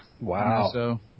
Wow